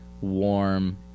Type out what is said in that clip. warm